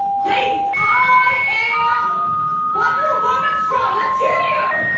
ladies, ah i am wonder woman-strong. let's hear you!